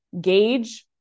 gauge